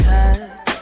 Cause